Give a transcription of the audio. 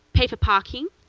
pay for parking,